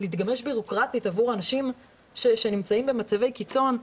להתגמש בירוקרטית עבור האנשים שנמצאים במצבי קיצון,